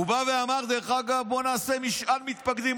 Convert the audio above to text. הוא אמר: בואו נעשה משאל מתפקדים.